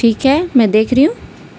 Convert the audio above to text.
ٹھیک ہے میں دیکھ رہی ہوں